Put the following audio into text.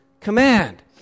command